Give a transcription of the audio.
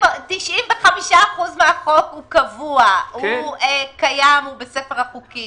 95% מהחוק הוא קבוע, הוא קיים, הוא בספר החוקים.